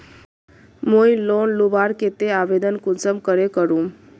मुई लोन लुबार केते आवेदन कुंसम करे करूम?